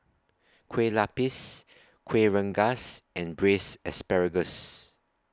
Kueh Lapis Kueh Rengas and Braised Asparagus